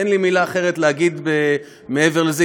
אין לי מילה אחרת להגיד מעבר לזה,